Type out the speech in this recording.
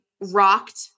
rocked